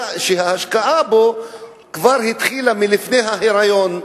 שההשקעה בו כבר התחילה לפני ההיריון,